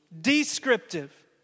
Descriptive